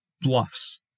bluffs